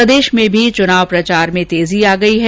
प्रदेश में भी चुनाव अभियान में तेजी आ गई है